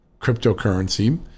cryptocurrency